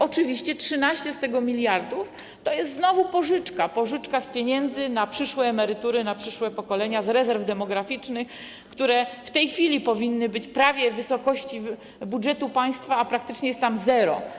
Oczywiście 13 mld z tego to jest znowu pożyczka, pożyczka z pieniędzy na przyszłe emerytury, na przyszłe pokolenia, z rezerw demograficznych, które w tej chwili powinny być prawie wysokości budżetu państwa, a praktycznie jest tam zero.